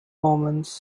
omens